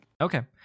Okay